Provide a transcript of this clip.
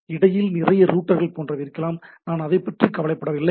இடையில் நிறைய ரூட்டர்கள் போன்றவை இருக்கலாம் நான் அதைப்பற்றி கவலைப்படவில்லை